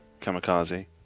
Kamikaze